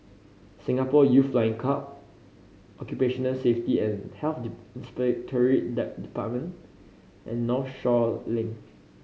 Singapore Youth Flying Club Occupational Safety and Health Inspectorate and Northshore Link